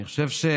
אני חושב שהציונות